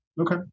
okay